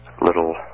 little